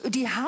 die